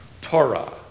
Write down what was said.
Torah